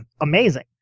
amazing